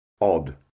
odd